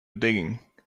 digging